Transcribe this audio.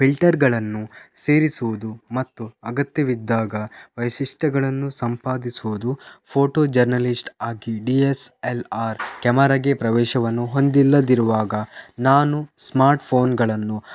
ಫಿಲ್ಟರ್ಗಳನ್ನು ಸೇರಿಸುವುದು ಮತ್ತು ಅಗತ್ಯವಿದ್ದಾಗ ವೈಶಿಷ್ಟ್ಯಗಳನ್ನು ಸಂಪಾದಿಸುವುದು ಫೋಟೋ ಜರ್ನಲಿಸ್ಟ್ ಆಗಿ ಡಿ ಎಸ್ ಎಲ್ ಆರ್ ಕ್ಯಾಮರಾಗೆ ಪ್ರವೇಶವನ್ನು ಹೊಂದಿಲ್ಲದಿರುವಾಗ ನಾನು ಸ್ಮಾರ್ಟ್ ಫೋನ್ಗಳನ್ನು